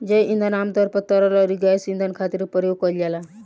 जैव ईंधन आमतौर पर तरल अउरी गैस ईंधन खातिर प्रयोग कईल जाला